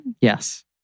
Yes